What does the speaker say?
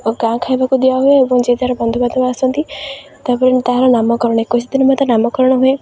ଓ ଗାଁ ଖାଇବାକୁ ଦିଆ ହୁଏ ଏବଂ ଯିଏ ବନ୍ଧୁବାନ୍ଧବ ଆସନ୍ତି ତା'ପରେ ତାହାର ନାମକରଣ ଏକୋଇଶି ଦିନ ପରେ ତା'ର ନାମକରଣ ହୁଏ